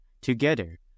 together